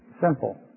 Simple